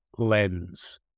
lens